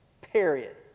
Period